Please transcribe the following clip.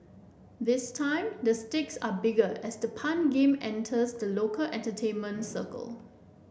this time the stakes are bigger as the pun game enters the local entertainment circle